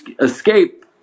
escape